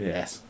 Yes